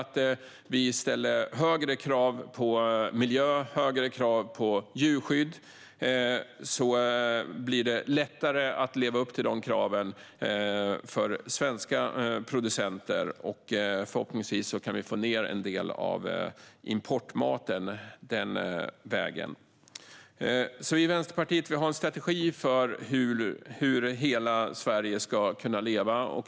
Om vi ställer högre krav på miljö och på djurskydd blir det lättare att leva upp till dessa krav för svenska producenter. Förhoppningsvis kan vi då få en viss minskning av importmaten den vägen. I Vänsterpartiet har vi en strategi för hur hela Sverige ska kunna leva.